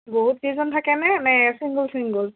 বহুত কেইজন থাকেনে নে চিংগল চিংগল